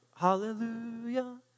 Hallelujah